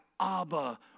Abba